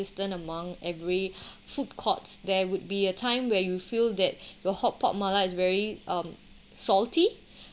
among every food courts there would be a time where you feel that your hotpot mala is very um salty